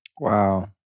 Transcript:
Wow